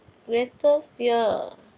greatest fear